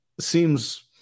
seems